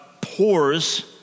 pours